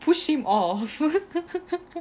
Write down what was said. push him off